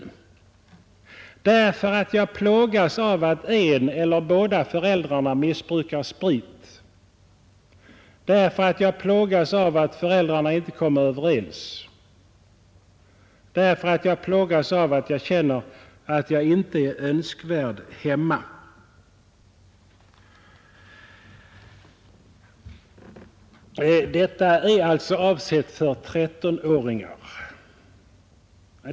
O därför att jag plågas av att en eller båda O därför att jag plågas av att föräldrarna inte kommer överens DO därför att jag plågas av att jag känner att jag inte är önskvärd hemma.” Detta är alltså avsett för 13-åringar!